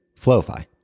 Flowify